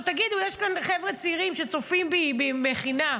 תגידו, יש כאן חבר'ה צעירים שצופים בי, ממכינה.